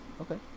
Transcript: okay